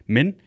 Men